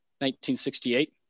1968